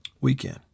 weekend